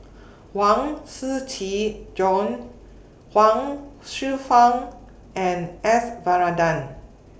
Huang Shiqi Joan Huang Hsueh Fang and S Varathan